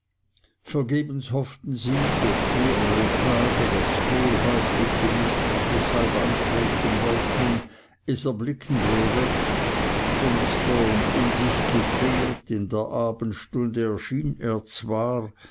vergebens hofften sie durch mehrere tage daß kohlhaas den sie nicht gern deshalb antreten wollten es erblicken würde finster und in sich gekehrt in der abendstunde erschien er zwar